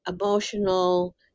emotional